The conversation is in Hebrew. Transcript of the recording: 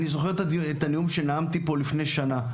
אני זוכר את הנאום שנאמתי פה לפני שנה.